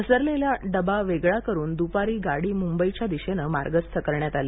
घसरलेल्या डबा वेगळा करून दूपारी गाडी मुंबईच्या दिशेनं मार्गस्थ करण्यात आली